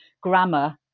grammar